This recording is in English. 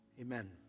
Amen